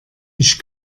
ich